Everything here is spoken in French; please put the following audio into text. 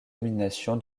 domination